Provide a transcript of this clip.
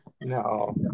No